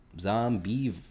Zombie